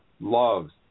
loves